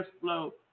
flow